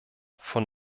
von